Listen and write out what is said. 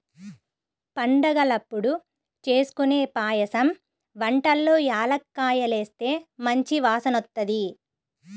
పండగలప్పుడు జేస్కొనే పాయసం వంటల్లో యాలుక్కాయాలేస్తే మంచి వాసనొత్తది